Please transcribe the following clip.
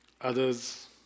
Others